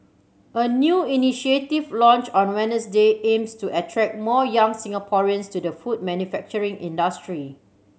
a new initiative launched on Wednesday aims to attract more young Singaporeans to the food manufacturing industry